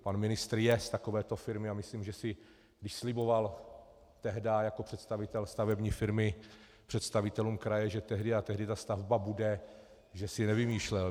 Pan ministr je z takové firmy a myslím, že když sliboval tehdy jako představitel stavební firmy představitelům kraje, že tehdy a tehdy ta stavba bude, že si nevymýšlel.